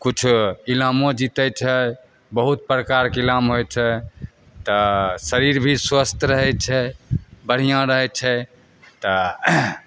किछु इनामो जीतै छै बहुत प्रकारके इनाम होय छै तऽ शरीर भी स्वस्थ रहै छै बढ़िऑं रहै छै तऽ